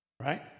right